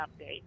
update